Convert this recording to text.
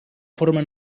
forma